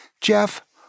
Jeff